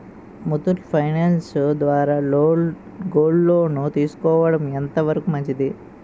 Muthoot finance ద్వారా gold loan తీసుకోవడం ఎంత వరకు మంచిది?